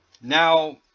now